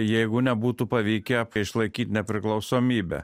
jeigu nebūtų pavykę išlaikyt nepriklausomybę